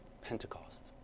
Pentecost